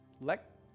let